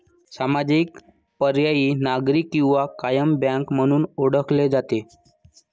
सामाजिक, पर्यायी, नागरी किंवा कायम बँक म्हणून ओळखले जाते